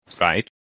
Right